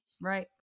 Right